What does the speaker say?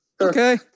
okay